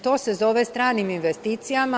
To se zove stranim investicijama.